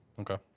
Okay